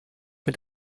mit